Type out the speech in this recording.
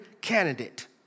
candidate